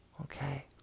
Okay